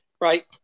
Right